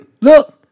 Look